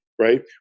right